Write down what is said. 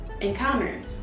encounters